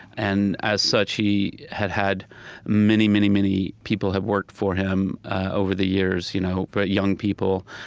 and as such, he had had many, many, many people had worked for him over the years, you know but young people.